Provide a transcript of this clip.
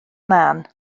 man